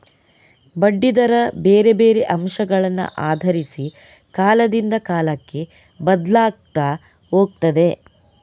ಬಡ್ಡಿ ದರ ಬೇರೆ ಬೇರೆ ಅಂಶಗಳನ್ನ ಆಧರಿಸಿ ಕಾಲದಿಂದ ಕಾಲಕ್ಕೆ ಬದ್ಲಾಗ್ತಾ ಹೋಗ್ತದೆ